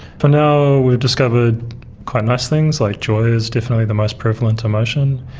for now we've discovered quite nice things, like joy is definitely the most prevalent emotion.